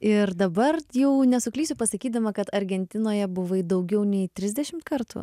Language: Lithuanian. ir dabar jau nesuklysiu pasakydama kad argentinoje buvai daugiau nei trisdešimt kartų